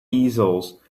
easels